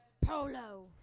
Polo